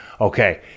Okay